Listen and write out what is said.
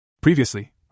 Previously